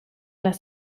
las